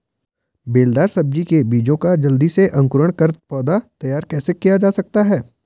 बेलदार सब्जी के बीजों का जल्दी से अंकुरण कर पौधा तैयार कैसे किया जा सकता है?